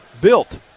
built